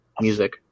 music